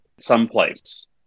someplace